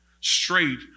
straight